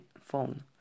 phone